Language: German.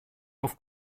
auf